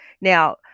Now